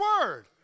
Word